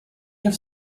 have